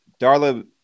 Darla